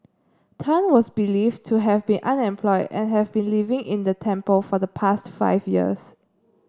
Tan was believed to have been unemployed and have been living in the temple for the past five years